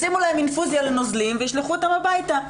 ישימו להן אינפוזיה לנוזלים וישלחו אותן הביתה.